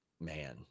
man